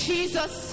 Jesus